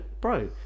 bro